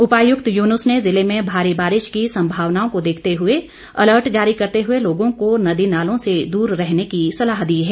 उपायुक्त युनूस ने जिले में भारी बारिश की संभावना को देखते हुए अलर्ट जारी करते हुए लोगों को नदी नालों से दूर रहने की सलाह दी है